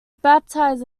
baptized